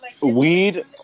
Weed